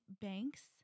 Banks